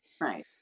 Right